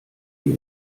die